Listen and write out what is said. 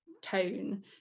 tone